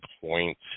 point